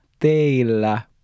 teillä